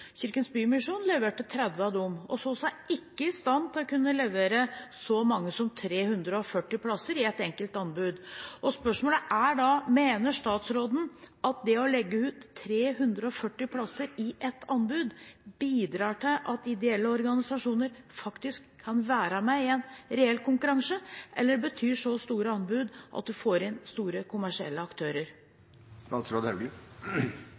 Kirkens Bymisjon leverte 30 av dem og så seg ikke i stand til å kunne levere så mange som 340 plasser i ett enkelt anbud. Spørsmålet er da: Mener statsråden at det å legge ut 340 plasser i ett anbud bidrar til at ideelle organisasjoner faktisk kan være med i en reell konkurranse, eller betyr så store anbud at en får inn store kommersielle